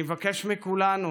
אני מבקש מכולנו,